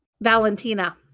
valentina